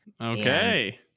Okay